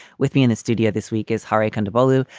with me in the studio this week is hari kondabolu,